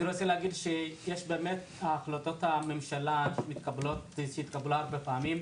אני רוצה להגיד שהחלטות הממשלה שהתקבלה הרבה פעמים,